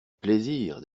plaisir